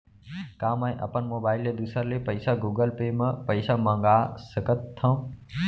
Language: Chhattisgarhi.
का मैं अपन मोबाइल ले दूसर ले पइसा गूगल पे म पइसा मंगा सकथव?